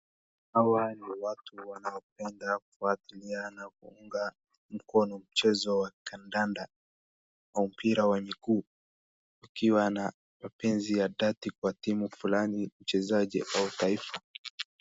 Hawa ni watu wanapenda kufuatilia na kuunga mkono mchezo wa kandanda wa mpira wa mguuu. Wakiwa na mapenzi wa dhati kwa timu flani au mchezaji wa kitaifa.